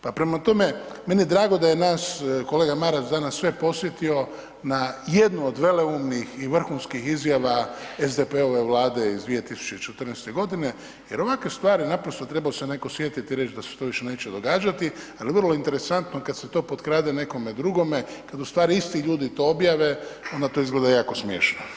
Pa prema tome, meni je drago da je nas kolega Maras danas sve podsjetio na jednu od veleumnih i vrhunskih izjava SDP-ove Vlade iz 2014. g. jer ovakve stvari naprosto trebao se netko sjetiti i reći da se to više neće događati, ali vrlo interesantno kad se to potkrade nekome drugove, kad ustvari isti ljudi to objave, onda to izgleda jako smiješno.